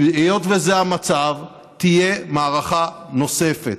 היות שזה המצב, תהיה מערכה נוספת.